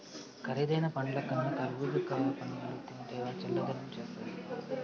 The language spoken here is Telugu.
కరీదైన పండ్లకన్నా కర్బూజా పండ్లు తింటివా చల్లదనం చేస్తాది